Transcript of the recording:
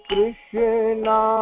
Krishna